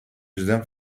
yüzden